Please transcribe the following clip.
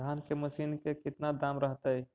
धान की मशीन के कितना दाम रहतय?